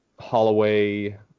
holloway